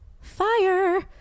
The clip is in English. fire